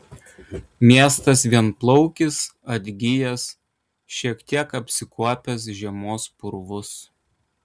miestas vienplaukis atgijęs šiek tiek apsikuopęs žiemos purvus